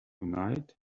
tonight